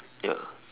ya